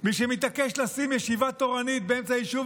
מי שמתעקש לשים ישיבה תורנית באמצע יישוב